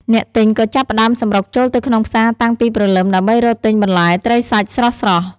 អ្នកទិញក៏ចាប់ផ្តើមសម្រុកចូលទៅក្នុងផ្សារតាំងពីព្រលឹមដើម្បីរកទិញបន្លែត្រីសាច់ស្រស់ៗ។